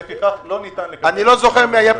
ולפיכך לא ניתן לקבל --- אני לא זוכר מי היה פה